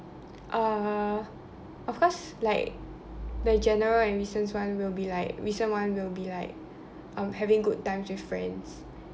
uh of course like the general and recents one will be like recent one will be like um having good time with friends